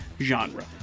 Genre